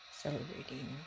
celebrating